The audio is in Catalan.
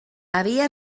havia